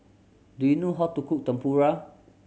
do you know how to cook Tempura